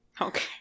Okay